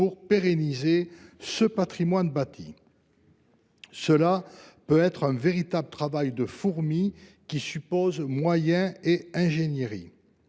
pour la pérennisation du patrimoine bâti. Cela peut constituer un véritable travail de fourmi, qui suppose moyens et ingénierie.